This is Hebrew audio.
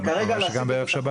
גם ערב שבת